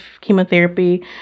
chemotherapy